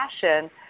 passion